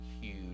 huge